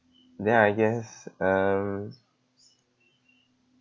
then I guess uh